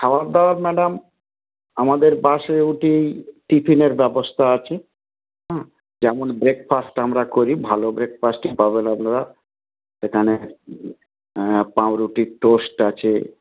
খাবার দাবার ম্যাডাম আমাদের পাশে উঠেই টিফিনের ব্যবস্থা আছে হ্যাঁ যেমন ব্রেকফাস্ট আমরা করি ভালো ব্রেকফাস্টই পাবেন আপনারা সেখানে পাউরুটির টোস্ট আছে